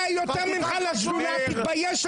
תתבייש,